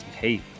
hey